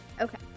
Okay